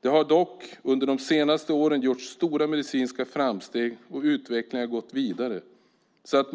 Det har dock under de senaste åren gjorts stora medicinska framsteg och utvecklingen har gått vidare.